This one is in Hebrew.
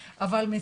גם למשק הכללי.